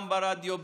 גם ברדיו,